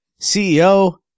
CEO